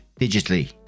digitally